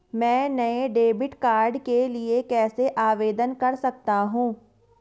मैं नए debit card के लिए कैसे आवेदन कर सकता हूँ?